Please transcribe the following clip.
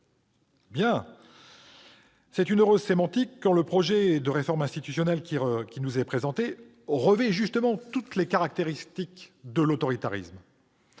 Heureuse inspiration sémantique quand le projet de réforme institutionnelle qui nous est présenté revêt précisément toutes les caractéristiques de l'autoritarisme